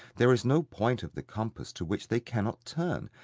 there is no point of the compass to which they cannot turn,